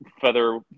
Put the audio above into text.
feather